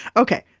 okay.